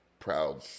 Proud